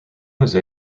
jose